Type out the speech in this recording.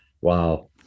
Wow